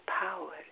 power